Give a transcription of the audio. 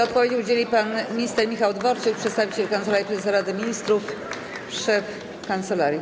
Odpowiedzi udzieli pan minister Michał Dworczyk, przedstawiciel Kancelarii Prezesa Rady Ministrów, szef kancelarii.